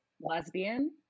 lesbian